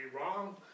wrong